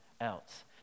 else